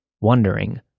wondering